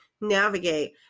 navigate